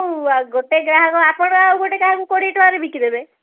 ହଉ ଗୋଟେ ଗ୍ରାହକ ଆପଣ ଆଉ ଗୋଟେ କାହାକୁ କୋଡ଼ିଏ ଟଙ୍କାରେ ବିକିଦେବେ